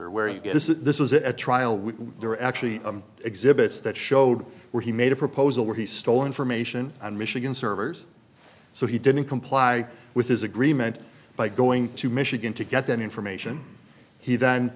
is this is it a trial we are actually exhibits that showed where he made a proposal where he stole information on michigan servers so he didn't comply with his agreement by going to michigan to get them information he then